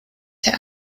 der